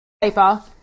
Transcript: paper